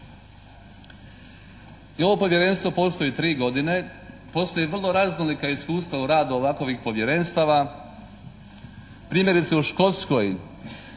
I ovo Povjerenstvo postoji 3 godine, postoji vrlo raznolika iskustva u radu ovakovih povjerenstava. Primjerice u Škotskoj,